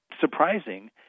surprising